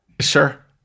Sure